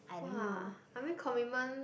!wah! I mean commitment